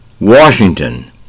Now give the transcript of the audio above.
Washington